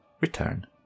return